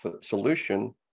solution